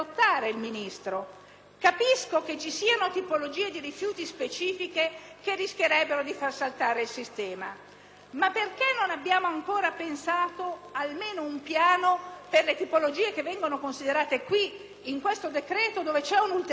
ma perché non abbiamo ancora pensato almeno un piano per le tipologie che vengono considerate, in questo decreto, dove c'è un'ulteriore proroga sul mantenimento di talune discariche? Perché per altri Paesi europei ciò non è accaduto?